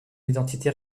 identité